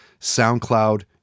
SoundCloud